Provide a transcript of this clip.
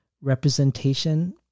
Representation